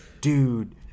dude